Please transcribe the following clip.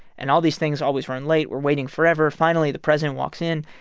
and all these things always run late. we're waiting forever. finally, the president walks in,